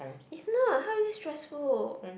is not how is it stressful